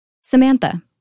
Samantha